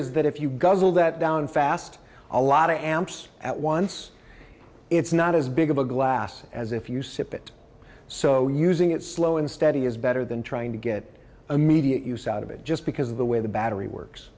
is that if you guzzle that down fast a lot of amps at once it's not as big of a glass as if you sip it so using it slow and steady is better than trying to get immediate use out of it just because of the way the battery works